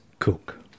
cook